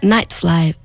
Nightfly